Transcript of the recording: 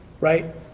right